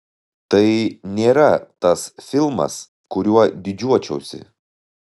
tai nėra tas filmas kuriuo didžiuočiausi